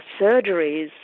surgeries